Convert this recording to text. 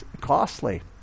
costly